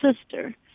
sister